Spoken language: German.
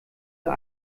der